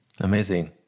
Amazing